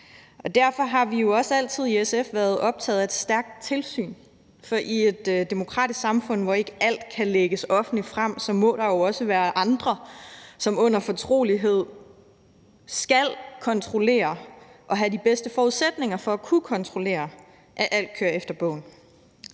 derfor har vi jo også altid i SF været optaget af, at der skal være et stærkt tilsyn. For i et demokratisk samfund, hvor ikke alt kan lægges offentligt frem, må der jo også være andre, som under fortrolighed skal kontrollere og have de bedste forudsætninger for at kunne kontrollere, at alt kører efter bogen.